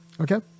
okay